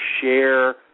share